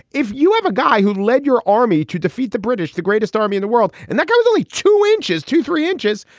if you have a guy who led your army to defeat the british, the greatest army in the world, and that guy is only two inches to three inches,